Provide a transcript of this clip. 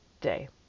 day